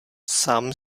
sám